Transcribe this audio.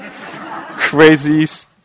crazy